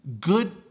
good